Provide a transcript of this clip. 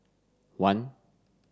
one